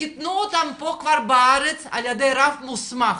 חיתנו אותם פה כבר בארץ על ידי רב מוסמך.